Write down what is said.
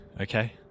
okay